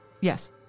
yes